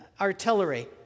artillery